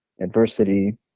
adversity